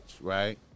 right